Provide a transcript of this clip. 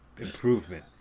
improvement